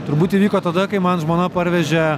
turbūt įvyko tada kai man žmona parvežė